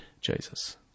Jesus